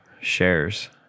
shares